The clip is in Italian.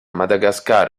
madagascar